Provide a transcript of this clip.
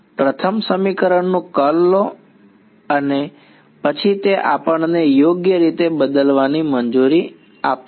પ્રથમ સમીકરણનું કર્લ લો અને પછી તે આપણને યોગ્ય રીતે બદલવાની મંજૂરી આપશે